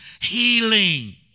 healing